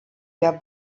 der